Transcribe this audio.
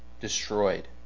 destroyed